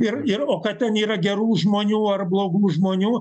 ir ir o kad ten yra gerų žmonių ar blogų žmonių